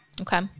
Okay